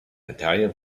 italian